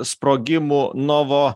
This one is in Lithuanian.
sprogimų novo